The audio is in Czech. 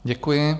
Děkuji.